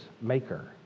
maker